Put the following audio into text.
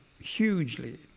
hugely